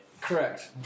Correct